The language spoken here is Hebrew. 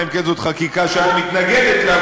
אלא אם כן זאת חקיקה שאת מתנגדת לה,